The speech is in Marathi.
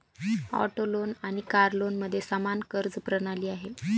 ऑटो लोन आणि कार लोनमध्ये समान कर्ज प्रणाली आहे